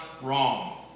wrong